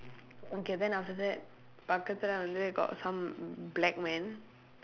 okay then after that பக்கத்துல வந்து:pakkaththulee vandthu got some black man